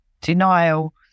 Denial